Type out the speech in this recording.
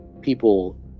people